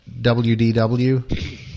WDW